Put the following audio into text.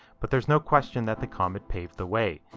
but there's no question that the comet paved the way.